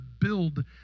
build